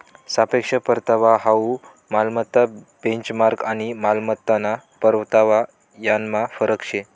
सापेक्ष परतावा हाउ मालमत्ता बेंचमार्क आणि मालमत्ताना परतावा यानमा फरक शे